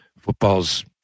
Football's